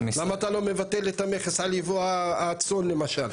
למה אתה לא מבטל את המכס על ייבוא הצאן למשל?